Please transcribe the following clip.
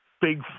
big